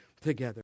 together